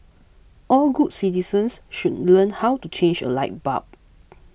all good citizens should learn how to change a light bulb